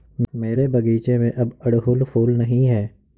मेरे बगीचे में अब अड़हुल फूल नहीं हैं